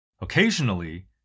Occasionally